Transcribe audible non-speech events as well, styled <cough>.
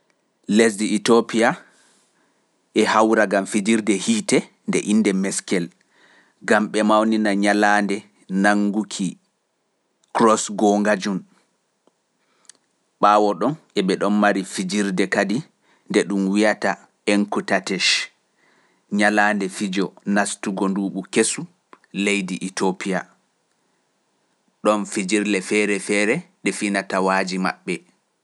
Lesdi Itoopiya e hawra gam fijirde hiite nde innde Meskel, <noise> gam ɓe mawnina ñalaande nannguki Krosgoo ngañum, ɓaawo ɗon e ɓe ɗon mari fijirde kadi nde ɗum wi’ata Enkutatech ñalaande fijo naastugo nduuɓu kesu leydi Itoopiya, ɗoon fijirle feere feere ɗe finata waaji maɓɓe.